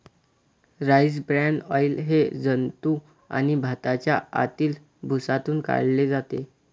rice bran oil हे जंतू आणि भाताच्या आतील भुसातून काढले जाते